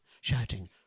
shouting